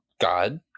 God